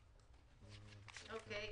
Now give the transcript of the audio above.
אוקיי.